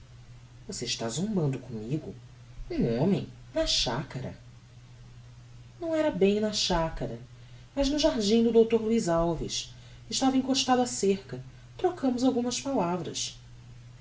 você está zombando commigo um homem na chacara não era bem na chacara mas no jardim do dr luiz alves estava encostado á cerca trocámos algumas palavras